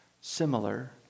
similar